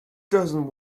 doesn’t